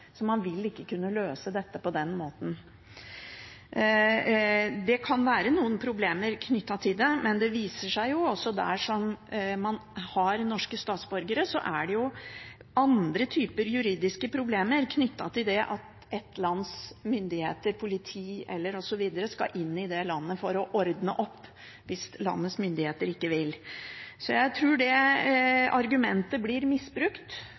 så man vil ikke kunne løse dette på den måten. Det kan være noen problemer knyttet til det, men det viser seg jo, der hvor man har norske statsborgere, at det er andre typer juridiske problemer knyttet til det at et lands myndigheter – politi osv. – skal inn i det landet for å ordne opp, hvis landets myndigheter ikke vil. Så jeg tror det argumentet blir misbrukt,